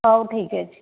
ହେଉ ଠିକ୍ଅଛି